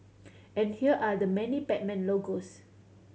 and here are the many Batman logos